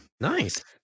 nice